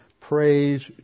praise